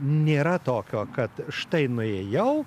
nėra tokio kad štai nuėjau